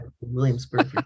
Williamsburg